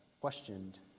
questioned